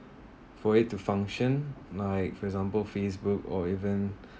for it to function like for example facebook or even